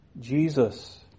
Jesus